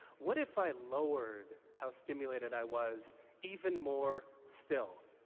what if i lowered how stimulated i was even more, still?